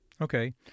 okay